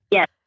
Yes